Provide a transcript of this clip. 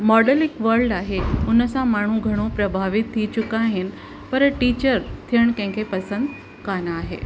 model हिकु world आहे उन सां माण्हू घणो प्रभावित थी चुका आहिनि पर टीचर थियणु कंहिंखें पसंदि कोन आहे